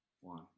one